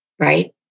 right